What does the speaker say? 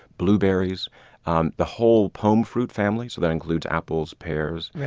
blueberries um the whole pome fruit family so that includes apples, pears,